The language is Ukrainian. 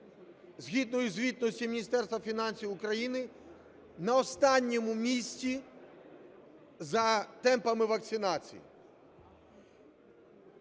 згідно зі звітністю Міністерства фінансів України на останньому місці за темпами вакцинації.